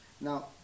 Now